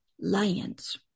lions